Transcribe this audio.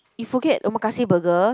you forget Omakase burger